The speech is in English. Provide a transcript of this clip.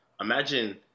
imagine